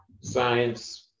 science